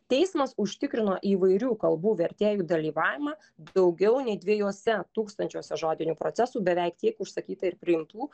teismas užtikrino įvairių kalbų vertėjų dalyvavimą daugiau nei dviejuose tūkstančiuose žodinių procesų beveik tiek užsakyta ir priimtų